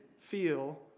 feel